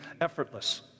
effortless